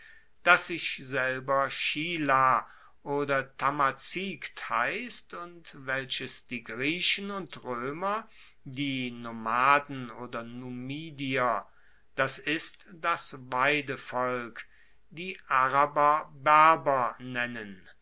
das sich selber schilah oder tamazigt heisst und welches die griechen und roemer die nomaden oder numidier das ist das weidevolk die araber berber nennen